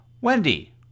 Wendy